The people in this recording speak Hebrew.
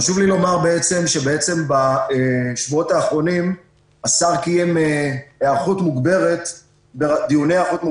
חשוב לי לומר שבשבועות האחרונים השר קיים דיוני היערכות מוגברת בראשותו,